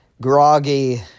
groggy